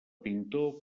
pintor